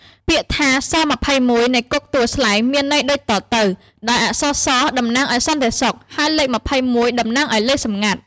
ពាក្យថា ស.២១ នៃគុកទួលស្លែងមានន័យដូចតទៅ ដោយអក្សរ ” ស ” តំណាងឱ្យសន្តិសុខ ហើយលេខ២១តំណាងឱ្យលេខសំងាត់។